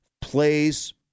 plays